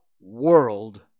world